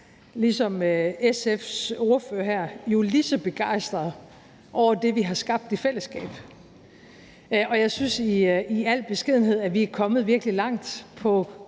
som SF's ordfører over det, vi har skabt i fællesskab, og jeg synes i al beskedenhed, at vi er kommet virkelig langt på